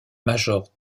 major